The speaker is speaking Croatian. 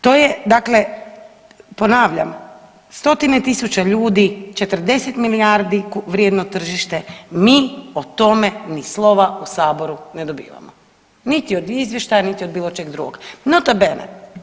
To je dakle ponavljam, stotine tisuća ljudi, 40 milijardi vrijedno tržište, mi o tome ni slova u saboru ne dobivamo, niti od izvještaja niti od bilo čeg drugog, nota bene.